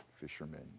fishermen